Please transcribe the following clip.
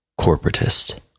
corporatist